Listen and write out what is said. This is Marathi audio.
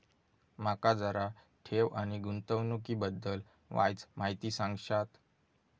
माका जरा ठेव आणि गुंतवणूकी बद्दल वायचं माहिती सांगशात?